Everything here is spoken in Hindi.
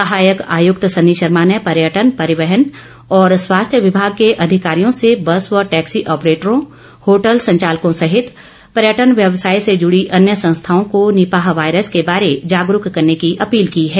सहायक आयुक्त सन्नी शर्मा ने पर्यटन परिवहन और स्वास्थ्य विभाग के अधिकारियों से बस व टैक्सी ऑपरेटरों होटल संचालकों सहित पर्यटन व्यवसाय से जुड़ी अन्य संस्थाओं को निपाह वायरस के बारे जागरूक करने की अपील की है